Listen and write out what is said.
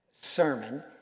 sermon